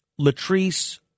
Latrice